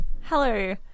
Hello